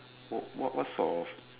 what what sort of